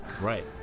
Right